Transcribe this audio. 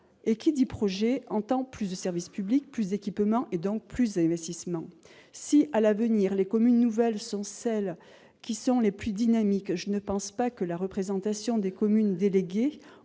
Et qui dit projet entend plus de services publics, plus d'équipements et, donc, plus d'investissement ! Si, à l'avenir, les communes nouvelles sont celles qui sont les plus dynamiques, je ne pense pas que la question de la représentation des communes déléguées